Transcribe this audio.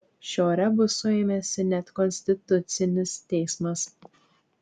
šio rebuso ėmėsi net konstitucinis teismas